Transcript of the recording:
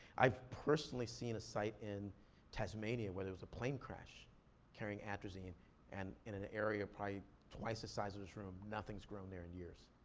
i've personally seen a site in tasmania where there was a plane crash carrying atrazine and in an area probably twice the size of this room, nothing's grown there in years.